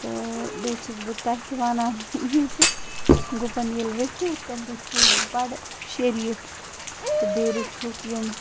تہٕ بیٚیہِ چھَس بہٕ تۄہہِ تہِ وَنان یی زِ گُپَن ییٚلہِ رٔچھیوٗ تِم رٔچھیوٗ بَڑٕ شریٖف تہٕ بیٚیہِ رٔچھیوٗک یِم